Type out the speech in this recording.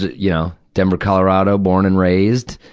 yeah denver, colorado, born and raised.